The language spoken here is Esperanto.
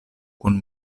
kun